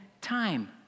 time